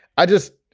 i just.